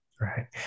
Right